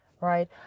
right